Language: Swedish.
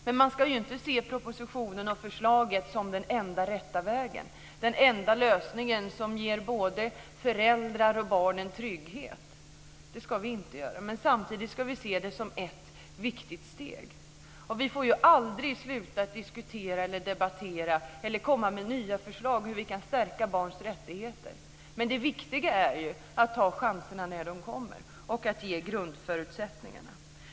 Men man ska inte se propositionen som den enda rätta vägen, den enda lösning som ger både föräldrar och barn trygghet. Men samtidigt ska vi se den som ett viktigt steg. Vi får aldrig sluta att diskutera eller debattera eller komma med nya förslag till hur vi kan stärka barns rättigheter. Det viktiga är att ta chanserna när de kommer och att ge grundförutsättningarna.